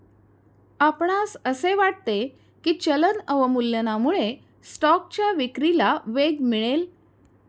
आपणास असे वाटते की चलन अवमूल्यनामुळे स्टॉकच्या विक्रीला वेग मिळेल?